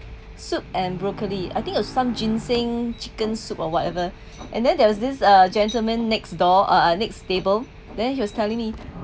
soup and broccoli I think got some ginseng chicken soup or whatever and then there was this uh gentleman next door uh next table then he was telling me